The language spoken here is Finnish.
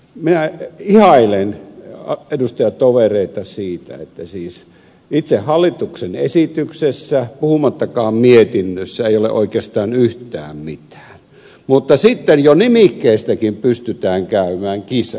minä ihailen edustajatovereita siitä että siis itse hallituksen esityksessä puhumattakaan mietinnöstä ei ole oikeastaan yhtään mitään mutta sitten jo nimikkeistäkin pystytään käymään kisaa